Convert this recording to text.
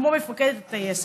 כמו מפקדת הטייסת.